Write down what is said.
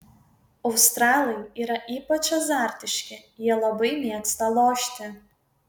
australai yra ypač azartiški jie labai mėgsta lošti